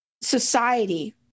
society